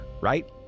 right